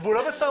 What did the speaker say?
והוא לא מסרבל.